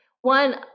one